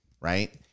right